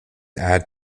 add